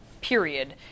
period